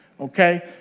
okay